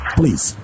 please